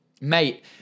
mate